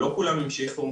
לא כולם המשיכו,